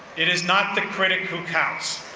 it is not the critic who counts,